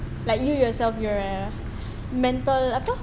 like you yourself you're a mental apa